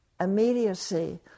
immediacy